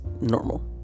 normal